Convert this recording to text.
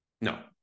No